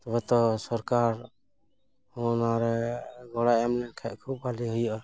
ᱛᱚᱵᱮ ᱛᱚ ᱥᱚᱨᱠᱟᱨ ᱦᱚᱸ ᱱᱚᱣᱟ ᱨᱮ ᱜᱚᱲᱚᱭ ᱮᱢᱞᱮᱱᱠᱷᱟᱱ ᱠᱷᱩᱵ ᱵᱷᱟᱞᱮ ᱦᱩᱭᱩᱜᱼᱟ